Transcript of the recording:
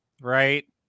right